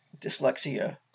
dyslexia